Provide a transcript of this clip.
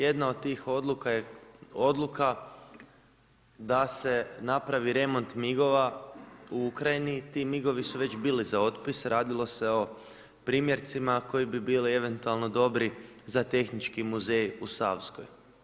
Jedna od tih odluka je odluka da se napravi remont migova u Ukrajini, ti migovi su već bili za otpis, radilo se o primjercima, koji bi bili eventualno dobri za tehnički muzej u Savskoj.